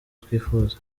twifuza